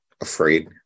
afraid